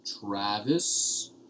Travis